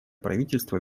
правительство